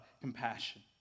compassion